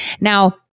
Now